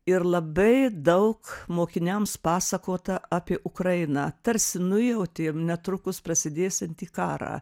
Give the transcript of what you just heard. ir labai daug mokiniams pasakota apie ukrainą tarsi nujautėm netrukus prasidėsiantį karą